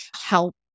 help